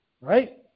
right